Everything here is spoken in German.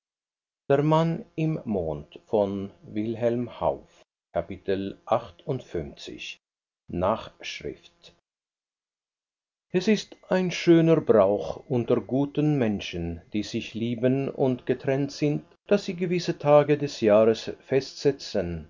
nachschrift es ist ein schöner brauch unter guten menschen die sich lieben und getrennt sind daß sie gewisse tage des jahres festsetzen